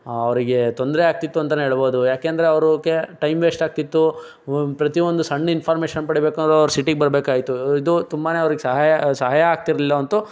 ಅವರಿಗೆ ತೊಂದರೆ ಆಗ್ತಿತ್ತು ಅಂತನೆ ಹೇಳ್ಬೋದು ಯಾಕಂದರೆ ಅವ್ರಿಗೆ ಟೈಮ್ ವೇಸ್ಟ್ ಆಗ್ತಿತ್ತು ಪ್ರತಿಯೊಂದು ಸಣ್ಣ ಇನ್ಫಾರ್ಮೇಷನ್ ಪಡಿಬೇಕಂದ್ರು ಅವರು ಸಿಟಿಗೆ ಬರಬೇಕಾಗಿತ್ತು ಇದು ತುಂಬ ಅವ್ರಿಗೆ ಸಹಾಯ ಸಹಾಯ ಆಗ್ತಿರ್ಲಿಲ್ಲಂತು